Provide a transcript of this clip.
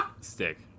stick